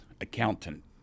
accountant